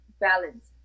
Balance